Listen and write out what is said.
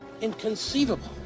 Inconceivable